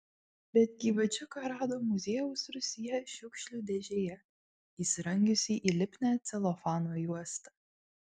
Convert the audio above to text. bet gyvačiuką rado muziejaus rūsyje šiukšlių dėžėje įsirangiusį į lipnią celofano juostą